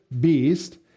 beast